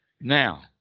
now